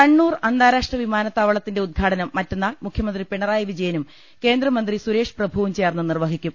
കണ്ണൂർ അന്താരാഷ്ട്ര വിമാനത്താവളത്തിന്റെ ഉദ്ഘാടനം മറ്റ ന്നാൾ മുഖ്യമന്ത്രി പിണറായി വിജയനും കേന്ദ്രമന്ത്രി സുരേഷ് പ്രഭുവും ചേർന്ന് നിർവഹിക്കും